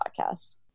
podcast